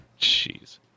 Jeez